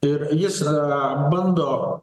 ir jis bando